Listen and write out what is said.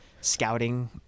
scouting